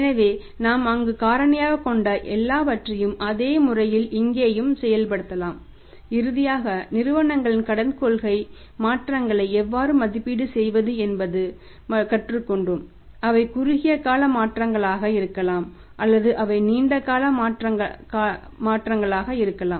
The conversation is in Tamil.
எனவேநாம் அங்கு காரணியாகக் கொண்ட எல்லாவற்றையும் அதே முறையில் இங்கேயும் செயல்படுத்தலாம் இறுதியாக நிறுவனங்களின் கடன் கொள்கை மாற்றங்களை எவ்வாறு மதிப்பீடு செய்வது என்பதை கற்றுக் கொண்டோம் அவை குறுகிய கால மாற்றங்களாக இருக்கலாம் அல்லது அவை நீண்ட காலமாக இருக்கலாம்